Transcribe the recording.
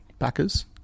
backers